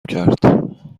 کرد